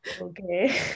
Okay